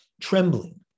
trembling